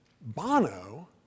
Bono